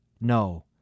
No